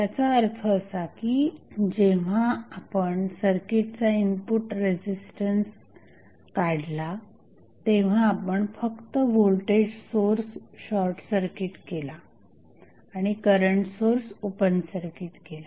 याचा अर्थ असा की जेव्हा आपण सर्किटचा इनपुट रेझिस्टन्स काढला तेव्हा आपण फक्त व्होल्टेज सोर्स शॉर्टसर्किट केला आणि करंट सोर्स ओपन सर्किट केला